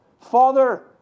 Father